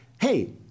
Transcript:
Hey